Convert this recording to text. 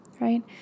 right